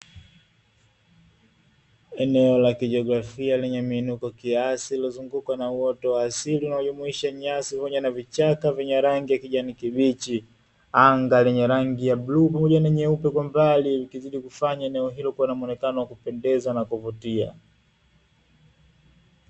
Eneo la kijiografia lenye miinuko kiasi iliyozungukwa na uoto wa asili unajumuisha nyasi pamoja na vichaka vyenye rangi ya kijani kibichi, anga lenye rangi ya bluu moja ni nyeupe kwamba alikizidi kufanya eneo hilo kuwa na muonekano wa kupendeza na kuvutia.